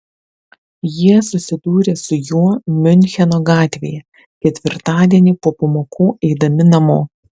jie susidūrė su juo miuncheno gatvėje ketvirtadienį po pamokų eidami namo